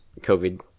COVID